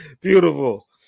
Beautiful